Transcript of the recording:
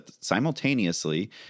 simultaneously